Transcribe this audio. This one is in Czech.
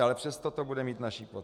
Ale přesto to bude mít naši podporu.